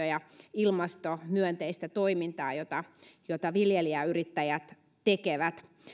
ja ilmastomyönteistä toimintaa jota jota viljelijäyrittäjät tekevät